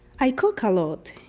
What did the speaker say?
i cook a lot,